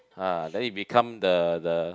ah then it become the the